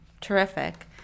terrific